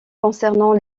concernant